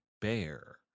bear